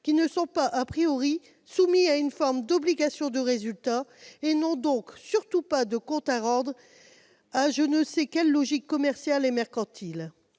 qui ne sont pas soumis à une forme d'obligation de résultat et n'ont donc surtout pas de comptes à rendre au nom de je ne sais quelle logique commerciale et mercantile.